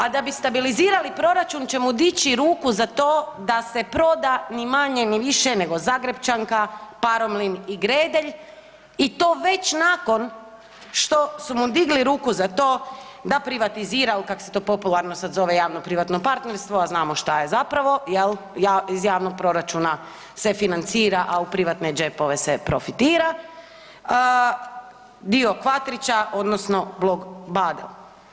A da bi stabilizirali proračun će mu dići ruku za to da se proda ni manje ni više nego Zagrepčanka, Paromlin i Gredelj i to već nakon što su mu digli ruku za to da privatizira ili kako se to popularno sad zove javno privatno partnerstvo, a znamo šta je zapravo jel, iz javnog proračuna se financira a u privatne džepove se profitira, dio Kvatrića odnosno blok Badel.